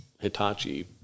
Hitachi